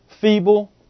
feeble